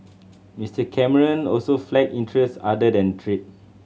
Mister Cameron also flagged interest other than trade